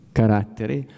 caratteri